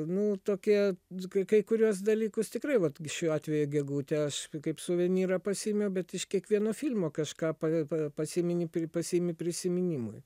nu tokie kai kai kuriuos dalykus tikrai vat šiuo atveju gegutę aš kaip suvenyrą pasiėmiau bet iš kiekvieno filmo kažką pa pasimini pasiimi prisiminimui